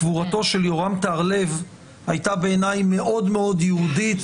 קבורתו של יורם טהרלב היתה בעיניי היתה מאוד מאוד יהודית,